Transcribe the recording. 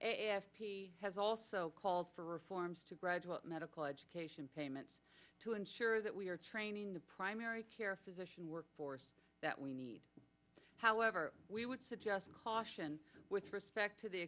has also called for reforms to graduate medical education payments to ensure that we are training the primary care physician workforce that we need however we would suggest caution with respect to the